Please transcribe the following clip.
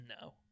No